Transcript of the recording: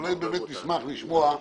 אולי באמת נשמח לשמוע,